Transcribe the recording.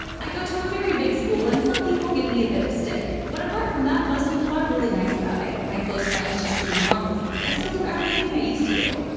i go to a very big school and some people give me a bit of stick but apart from that most people are really nice about it. my close friends just treat me normally, i still do everything i used to do.